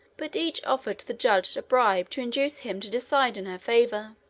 but each offered the judge a bribe to induce him to decide in her favor.